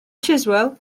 chiswell